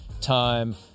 time